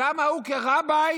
למה הוא, כרביי,